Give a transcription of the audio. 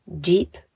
deep